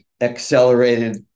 accelerated